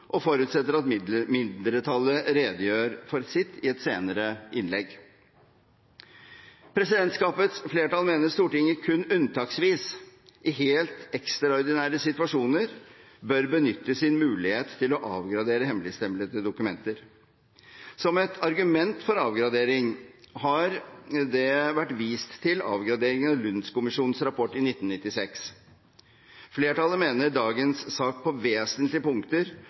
og forutsetter at mindretallet redegjør for sitt standpunkt i et senere innlegg. Presidentskapets flertall mener at Stortinget kun unntaksvis, i helt ekstraordinære situasjoner, bør benytte sin mulighet til å avgradere hemmeligstemplede dokumenter. Som et argument for avgradering har det vært vist til avgradering av Lund-kommisjonens rapport i 1996. Flertallet mener dagens sak på vesentlige punkter